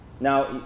now